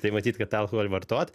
tai matyt kad alkoholį vartot